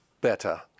better